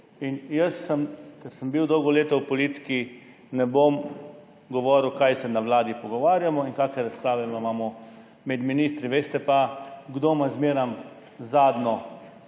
ministrov. Ker sem bil dolga leta v politiki, jaz ne bom govoril, kaj se na Vladi pogovarjamo in kakšne razprave imamo med ministri. Veste pa, kdo ima zmeraj zadnjo